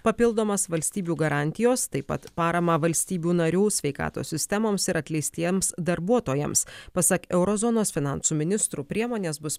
papildomas valstybių garantijos taip pat paramą valstybių narių sveikatos sistemoms ir atleistiems darbuotojams pasak euro zonos finansų ministrų priemonės bus